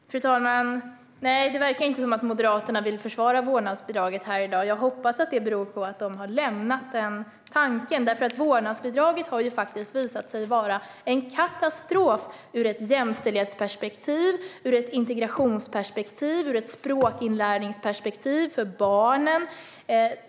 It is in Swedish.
Fru talman! Nej, det verkar inte som att Moderaterna vill försvara vårdnadsbidraget här i dag. Jag hoppas att det beror på att de har lämnat den tanken. Vårdnadsbidraget har faktiskt visat sig vara en katastrof ur ett jämställdhetsperspektiv, ur ett integrationsperspektiv, ur ett språkinlärningsperspektiv och för barnen.